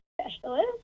specialist